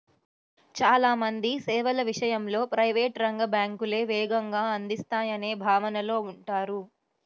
చాలా మంది సేవల విషయంలో ప్రైవేట్ రంగ బ్యాంకులే వేగంగా అందిస్తాయనే భావనలో ఉంటారు